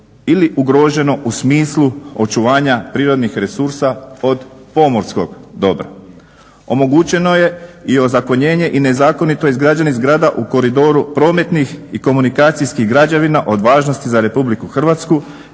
ili ugroženo u smislu očuvanja prirodnih resursa od pomorskog dobra. Omogućeno je i ozakonjenje i nezakonito izgrađenih zgrada u koridoru prometnih i komunikacijskih građevina od važnosti za Republiku Hrvatsku,